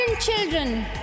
children